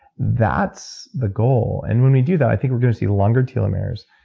that's the goal. and when we do that, i think we're going to see longer telomeres.